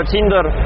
Tinder